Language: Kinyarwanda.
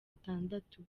atandatu